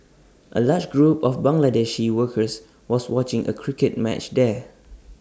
A large group of Bangladeshi workers was watching A cricket match there